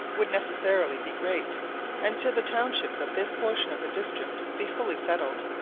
would necessarily be great and till the townships of this portion of the district be fully settled,